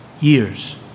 years